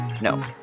No